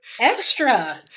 extra